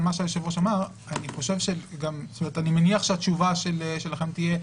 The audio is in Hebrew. מה שהיושב-ראש אמר: אני מניח שהתשובה שלכם תהיה: